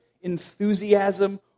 enthusiasm